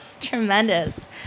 Tremendous